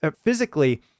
physically